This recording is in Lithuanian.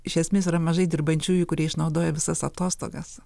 iš esmės yra mažai dirbančiųjų kurie išnaudoja visas atostogas